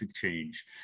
change